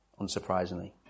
Unsurprisingly